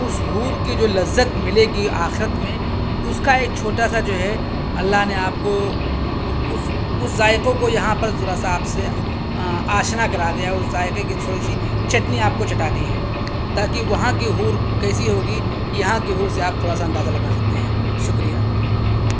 اس حور کی جو لذت ملے گی آخرت میں اس کا ایک چھوٹا سا جو ہے اللہ نے آپ کو اس اس ذائقوں کو یہاں پر ذرا سا آپ سے آشنا کرا دیا ہے اس ذائقے کی تھوڑی سی چٹنی آپ کو چٹا دی ہے تاکہ وہاں کی حور کیسی ہوگی یہاں کی حور سے آپ تھوڑا سا اندازہ لگا سکتے ہیں شکریہ